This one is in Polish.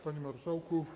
Panie Marszałku!